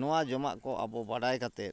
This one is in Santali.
ᱱᱚᱣᱟ ᱡᱚᱢᱟᱜ ᱠᱚ ᱟᱵᱚ ᱵᱟᱰᱟᱭ ᱠᱟᱛᱮ